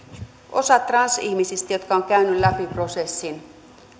osa transihmisistä jotka ovat käyneet läpi prosessin